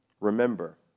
Remember